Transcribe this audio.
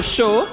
Show